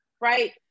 right